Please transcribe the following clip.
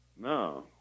no